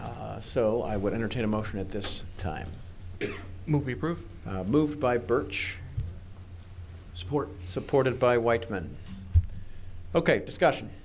so i would entertain a motion at this time movie proof moved by birch support supported by white men ok discussion